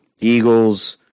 Eagles